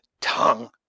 tongue